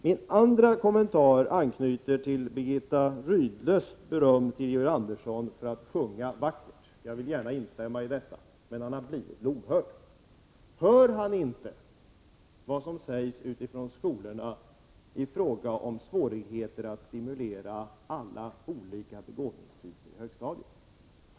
Min andra kommentar anknyter till Birgitta Rydles beröm till Georg Andersson för att han sjunger vackert. Jag vill gärna instämma i detta, men tillägga att han uppenbarligen blivit lomhörd. Hör han inte vad som sägs ute på skolorna i fråga om svårigheter att stimulera alla olika begåvningstyper på högstadiet?